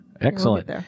Excellent